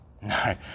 No